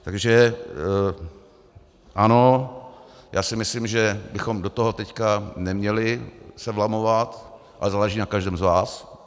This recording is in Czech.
Takže ano, já si myslím, že bychom se do toho teď neměli vlamovat, a záleží na každém z vás.